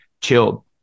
chilled